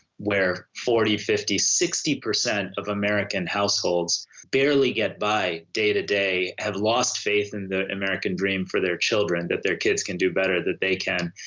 where forty, fifty, sixty percent of american households barely get by day-to-day, have lost faith in the american dream for their children, that their kids can do better than they can,